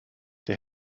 der